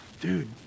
dude